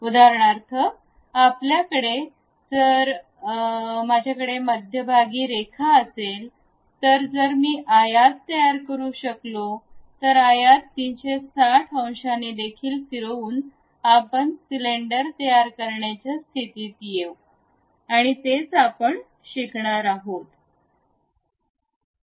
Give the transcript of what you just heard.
उदाहरणार्थ आपल्याकडे जर माझ्याकडे मध्यभागी रेखा असेल तर जर मी आयत तयार करू शकलो तर आयत 360 अंशांनी देखील फिरवून आपण सिलेंडर तयार करण्याच्या स्थितीत येऊ आणि तेच आपण शिकणार आहोत